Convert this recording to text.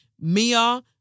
Mia